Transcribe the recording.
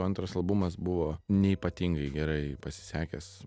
antras albumas buvo neypatingai gerai pasisekęs